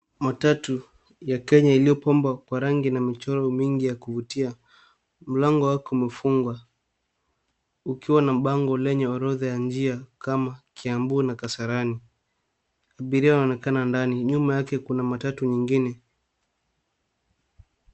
Matatu ya Kenya iliyopambwa kwa rangi na michoro mingi ya kuvutia. Mlango wake umefungwa ukiwa na bango lenye orodha ya njia kama kiambu na kasarani .Abiria wanaonekana ndani, nyuma yake Kuna matatu nyingine.